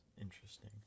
interesting